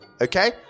okay